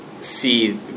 see